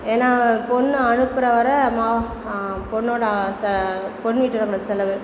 ஏன்னா பொண்ணை அனுப்புகிற வர மா பொண்ணோடய ச பொண் வீட்டுக்காரங்களோடய செலவு